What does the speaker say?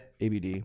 ABD